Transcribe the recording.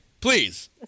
Please